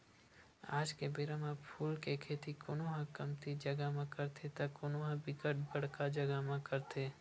आज के बेरा म फूल के खेती कोनो ह कमती जगा म करथे त कोनो ह बिकट बड़का जगा म करत हे